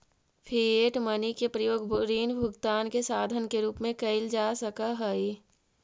fiat money के प्रयोग ऋण भुगतान के साधन के रूप में कईल जा सकऽ हई